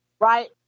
Right